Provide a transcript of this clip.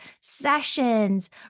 sessions